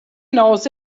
knows